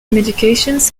medications